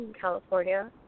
California